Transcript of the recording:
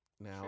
now